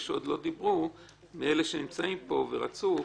שעוד לא דיברו מאלה שנמצאים פה ורצו,